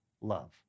love